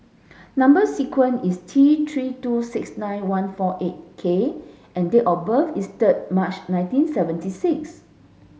number sequence is T three two six nine one four eight K and date of birth is third March nineteen seventy six